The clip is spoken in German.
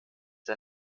der